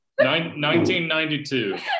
1992